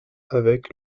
avec